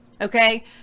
Okay